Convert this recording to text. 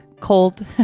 cold